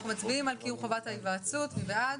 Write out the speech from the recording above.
אנחנו מצביעים על חובת קיום ההיוועצות, מי בעד?